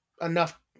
enough